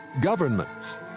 governments